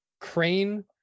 crane